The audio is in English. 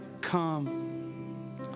Come